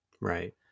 right